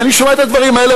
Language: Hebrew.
אני שומע את הדברים האלה,